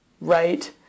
right